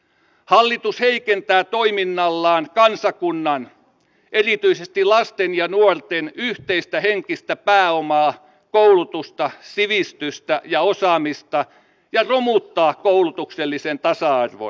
hallitus heikentää toiminnallaan kansakunnan erityisesti lasten ja nuorten yhteistä henkistä pääomaa koulutusta sivistystä ja osaamista ja romuttaa koulutuksellisen tasa arvon